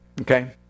okay